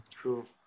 true